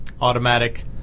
automatic